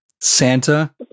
Santa